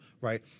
right